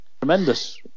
tremendous